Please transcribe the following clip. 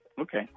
Okay